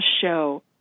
show